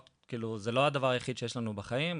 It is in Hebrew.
זה לא הדבר היחיד שיש לנו בחיים,